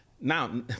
Now